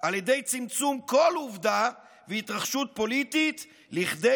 על ידי צמצום כל עובדה והתרחשות פוליטית לכדי